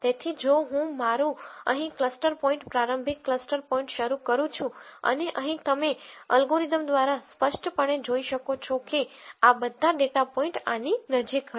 તેથી જો હું મારું અહીં ક્લસ્ટર પોઇન્ટ પ્રારંભિક ક્લસ્ટર પોઇન્ટ શરૂ કરું છું અને અહીં તમે અલ્ગોરિધમ દ્વારા સ્પષ્ટપણે જોઈ શકો છો કે આ બધા ડેટા પોઇન્ટ આની નજીક હશે